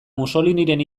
mussoliniren